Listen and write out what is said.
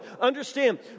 Understand